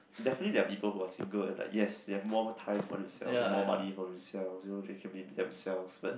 definitely there are people who are single at like yes they have more time for themselves they more money for themselves you know they can be themselves but